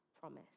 promise